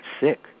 sick